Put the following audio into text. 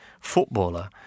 footballer